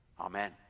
amen